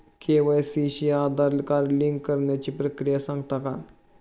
KYC शी Aadhaar card link करण्याची प्रक्रिया सांगता का?